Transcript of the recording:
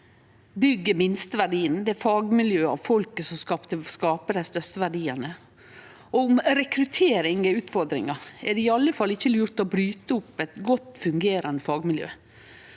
er den minste verdien. Det er fagmiljøet og folket som skaper dei største verdiane. Om rekruttering er utfordringa, er det i alle fall ikkje lurt å bryte opp eit godt fungerande fagmiljø.